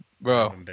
bro